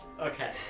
Okay